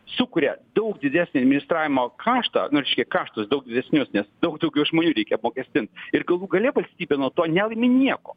sukuria daug didesnį administravimo kaštą nu reiškia kaštus daug didesnius nes daug daugiau žmonių reikia apmokestint ir galų gale valstybė nuo to nelaimi nieko